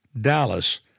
Dallas